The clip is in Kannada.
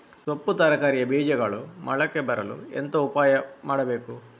ಸೊಪ್ಪು ತರಕಾರಿಯ ಬೀಜಗಳು ಮೊಳಕೆ ಬರಲು ಎಂತ ಉಪಾಯ ಮಾಡಬೇಕು?